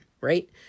right